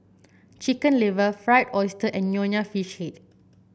Chicken Liver Fried Oyster and Nonya Fish Head